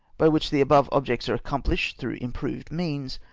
by which the above objects are accomphshed through improved means,